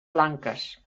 blanques